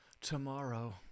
tomorrow